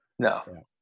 No